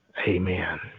Amen